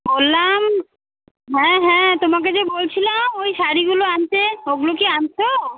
বললাম হ্যাঁ হ্যাঁ তোমাকে যে বলছিলাম ওই শাড়িগুলো আনতে ওগুলো কি আনছ